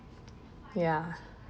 ya